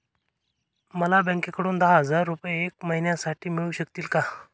मला बँकेकडून दहा हजार रुपये एक महिन्यांसाठी मिळू शकतील का?